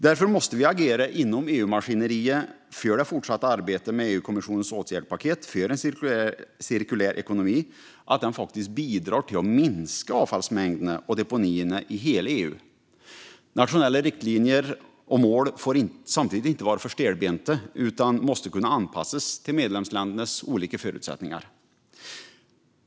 Därför måste vi agera inom EU-maskineriet för att det fortsatta arbetet med EU-kommissionens åtgärdspaket för en cirkulär ekonomi ska bidra till att minska avfallsmängderna och deponierna i hela EU. Nationella riktlinjer och mål får samtidigt inte vara för stelbenta utan måste kunna anpassas till medlemsländernas olika förutsättningar.